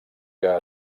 que